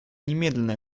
немедленное